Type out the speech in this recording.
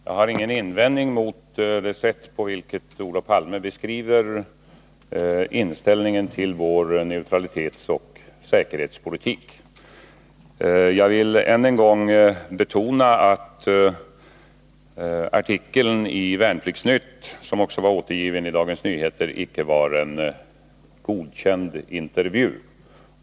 Herr talman! Jag har ingen invändning mot det sätt på vilket Olof Palme beskriver inställningen till vår neutralitetsoch säkerhetspolitik. Än en gång vill jag betona att artikeln i Värnplikts-Nytt, som också återgavs i Dagens Nyheter, icke var en godkänd intervju.